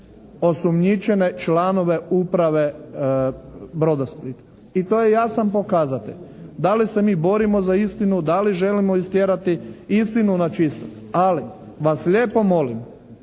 osumnjičene članove uprave "Brodosplita". I to je jasan pokazatelj, da li se mi borimo za istinu? Da li želimo istjerati istinu na čistac? Ali vas lijepo molim